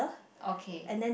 okay